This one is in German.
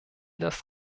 das